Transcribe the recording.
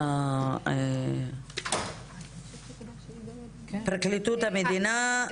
פרקליטות המדינה,